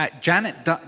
Janet